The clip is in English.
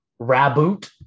Raboot